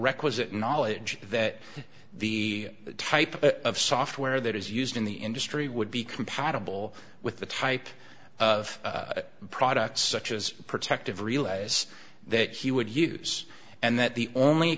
requisite knowledge that the type of software that is used in the industry would be compatible with the type of products such as protective realize that he would use and that the only